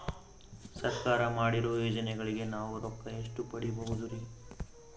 ಸರ್ಕಾರ ಮಾಡಿರೋ ಯೋಜನೆಗಳಿಗೆ ನಾವು ರೊಕ್ಕ ಎಷ್ಟು ಪಡೀಬಹುದುರಿ?